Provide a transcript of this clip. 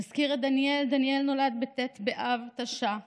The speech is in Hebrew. נזכיר את דניאל: דניאל נולד בט' באדר תש"ע,